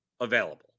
available